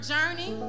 Journey